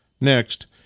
Next